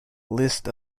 list